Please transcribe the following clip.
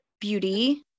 beauty